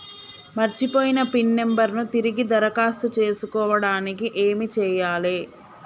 మర్చిపోయిన PIN number ను తిరిగి దరఖాస్తు చేసుకోవడానికి ఏమి చేయాలే?